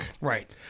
Right